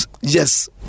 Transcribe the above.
Yes